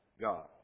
God